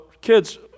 kids